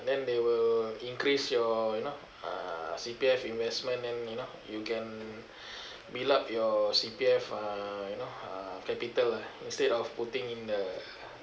then they will increase your you know uh C_P_F investment then you know you can build up your C_P_F uh you know uh capital ah instead of putting in a